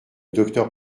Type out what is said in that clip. docteur